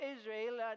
Israel